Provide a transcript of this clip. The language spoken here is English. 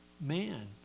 Man